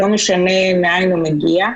לא משנה מאין הוא מגיע.